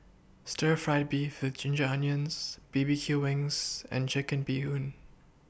Stir Fried Beef with Ginger Onions B B Q Wings and Chicken Bee Hoon